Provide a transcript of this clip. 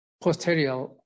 posterior